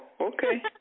okay